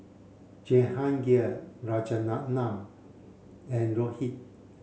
Jehangirr Rajaratnam and Rohit